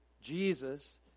Jesus